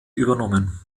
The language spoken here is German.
übernommen